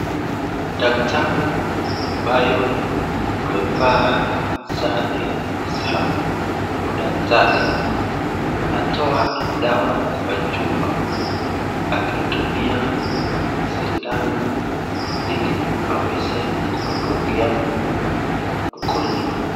Daktari ambaye amevaa sare za udaktari, anatoa dawa kwa chupa akitumia sindano ili aweze kudungia mgonjwa.